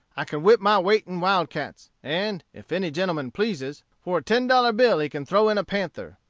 i can whip my weight in wildcats, and, if any gentleman pleases, for a ten-dollar bill he can throw in a panther.